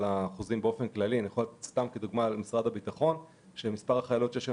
אני יכול להגיד שבמשרד הביטחון יש היום